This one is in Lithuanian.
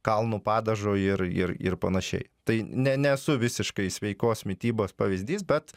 kalnu padažo ir ir ir panašiai tai ne nesu visiškai sveikos mitybos pavyzdys bet